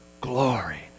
glory